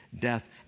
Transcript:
death